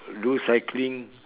do cycling